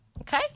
Okay